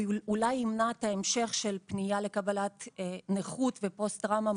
אולי ימנע את ההמשך של פנייה לקבלת נכות ופוסט טראומה.